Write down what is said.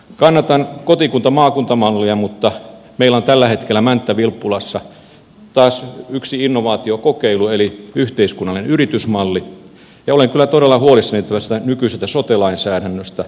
kannatan kotikuntamaakunta mallia mutta meillä on tällä hetkellä mänttä vilppulassa taas yksi innovaatiokokeilu eli yhteiskunnallinen yritysmalli ja olen kyllä todella huolissani tästä nykyisestä sote lainsäädännöstä